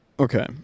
Okay